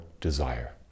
desire